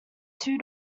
two